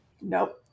Nope